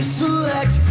select